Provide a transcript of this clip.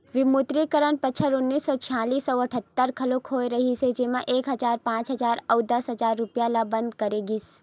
विमुद्रीकरन बछर उन्नीस सौ छियालिस अउ अठत्तर घलोक होय रिहिस जेमा एक हजार, पांच हजार अउ दस हजार रूपिया ल बंद करे गिस